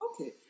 Okay